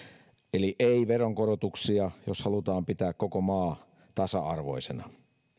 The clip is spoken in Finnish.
eli ei veronkorotuksia jos halutaan pitää koko maa tasa arvoisena